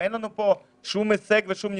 אין לנו פה שום הישג ושום ניצחון,